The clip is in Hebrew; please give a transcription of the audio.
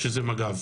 שזה מג"ב.